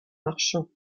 marchand